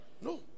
No